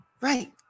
right